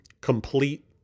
Complete